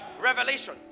Revelation